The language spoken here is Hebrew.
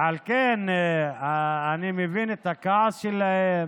ועל כן אני מבין את הכעס שלהם,